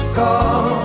call